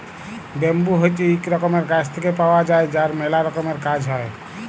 bamboo হছে ইক রকমের গাছ থেক্যে পাওয়া যায় যার ম্যালা রকমের কাজ হ্যয়